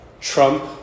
Trump